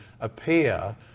appear